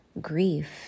grief